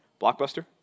Blockbuster